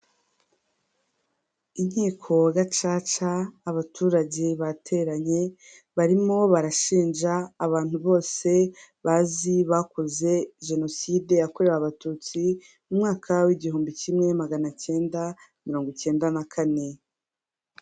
Inkiko gacaca abaturage bateranye, barimo barashinja abantu bose bazi bakoze jenoside yakorewe abatutsi mu mwaka w'igihumbi kimwe magana icyenda, mirongo icyenda na kane.